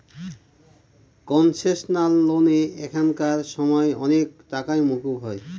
concessional লোনে এখানকার সময় অনেক টাকাই মকুব হয়